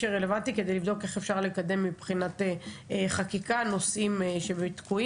שרלוונטי כדי לבדוק איך אפשר לקדם באמצעות חקיקה את הנושאים שתקועים,